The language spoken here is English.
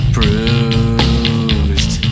Bruised